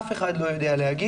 אף אחד לא יודע להגיד.